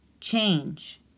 change